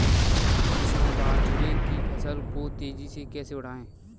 किसान बाजरे की फसल को तेजी से कैसे बढ़ाएँ?